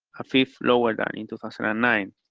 a fifth lower than in two thousand and nine.